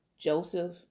Joseph